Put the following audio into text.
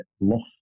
lost